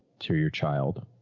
to your child.